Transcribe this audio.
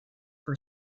for